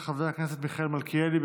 של חבר הכנסת מיכאל מלכיאלי.